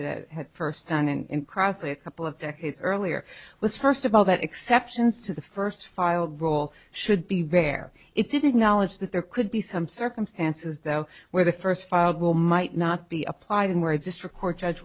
it had first on and cross a couple of decades earlier was first of all that exceptions to the first filed role should be rare it didn't knowledge that there could be some circumstances though where the first child well might not be applied and where a district court judge